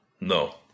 No